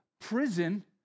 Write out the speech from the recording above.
prison